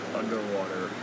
underwater